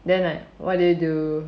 then like what do you do